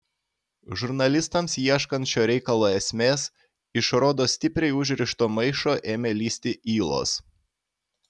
žurnalistams ieškant šio reikalo esmės iš rodos stipriai užrišto maišo ėmė lįsti ylos